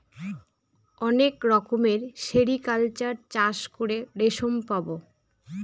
অনেক রকমের সেরিকালচার চাষ করে রেশম পাবো